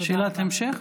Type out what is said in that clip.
שאלת המשך?